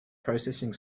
processing